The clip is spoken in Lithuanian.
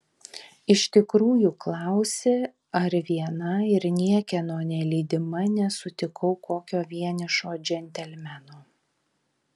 iš tikrųjų klausi ar viena ir niekieno nelydima nesutikau kokio vienišo džentelmeno